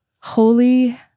Holy